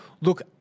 look